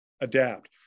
adapt